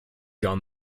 john